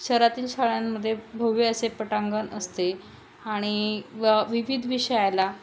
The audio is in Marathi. शहरातील शाळांमध्ये भव्य असे पटांगण असते आणि व विविध विषयाला